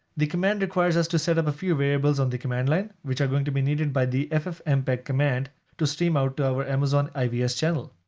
the command requires us to set up a few variables on the command line, which are going to be needed by the ffmpeg command to stream out our amazon ivs channel.